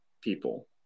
people